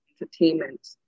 entertainment